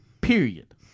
period